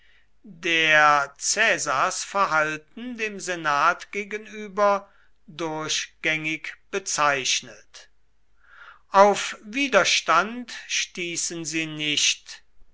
der caesars verhalten dem senat gegenüber durchgängig bezeichnet auf widerstand stießen sie nicht